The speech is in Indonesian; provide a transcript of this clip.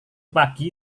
pagi